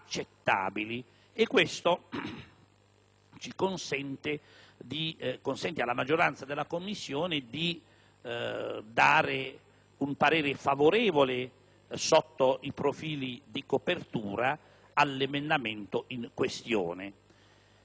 Ciò consente alla maggioranza della Commissione di esprimere un parere favorevole sotto i profili di copertura all'emendamento in questione.